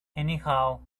anyhow